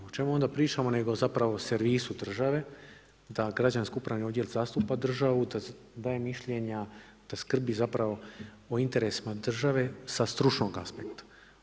O čemu onda pričamo nego zapravo servisu države da građansko-upravni odjel zastupa državu, da daje mišljenja te skrbi o interesima države sa stručnog aspekta.